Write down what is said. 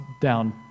down